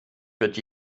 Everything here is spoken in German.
führt